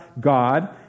God